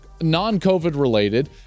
non-COVID-related